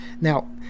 Now